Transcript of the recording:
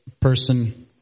person